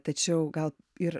tačiau gal ir